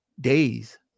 days